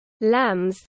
lambs